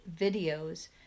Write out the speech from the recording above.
videos